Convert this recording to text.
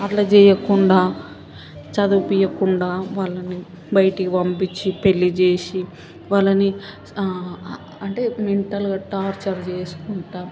అట్లా చెయ్యకుండా చదివించకుండా వాళ్ళని బయటికి పంపించి పెళ్ళి చేసి వాళ్ళని అంటే మెంటల్గా టార్చర్ చేసుకుంటా